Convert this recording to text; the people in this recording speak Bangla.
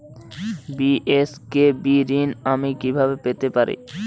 বি.এস.কে.বি ঋণ আমি কিভাবে পেতে পারি?